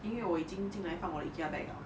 因为我已经进来放我的 Ikea bag 了